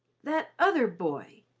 that other boy,